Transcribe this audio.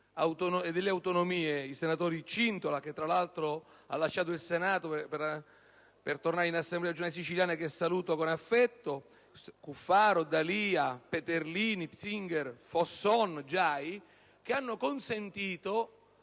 dell'UDC-SVP-Aut (i senatori Cintola - che, tra l'altro, lascia il Senato per tornare all'Assemblea regionale siciliana e che saluto con affetto - Cuffaro, D'Alia, Peterlini, Pinzger, Fosson e Giai) che hanno consentito